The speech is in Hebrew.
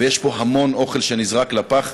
ויש פה המון אוכל שנזרק לפח.